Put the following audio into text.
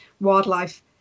wildlife